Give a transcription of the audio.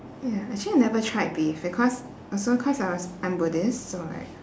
ya actually I never tried beef because also cause I was I'm buddhist so like